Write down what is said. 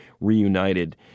reunited